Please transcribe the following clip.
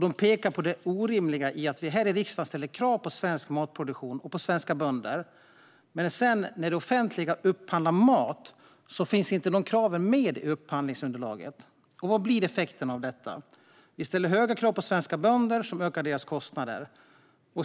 De pekar på det orimliga i att vi här i riksdagen ställer krav på svensk matproduktion och på svenska bönder men att dessa krav när det offentliga sedan upphandlar mat inte finns med i upphandlingsunderlaget. Vad blir effekten av detta? Jo, vi ställer höga krav på svenska bönder som ökar deras kostnader,